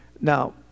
Now